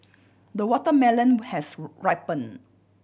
the watermelon has ripened